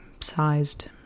sized